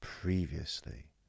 previously